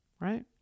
right